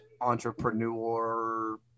entrepreneur